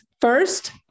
first